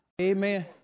Amen